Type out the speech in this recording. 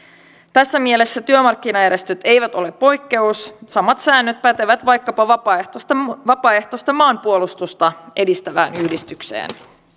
tässä mielessä työmarkkinajärjestöt eivät ole poikkeus samat säännöt pätevät vaikkapa vapaaehtoista vapaaehtoista maanpuolustusta edistävään yhdistykseen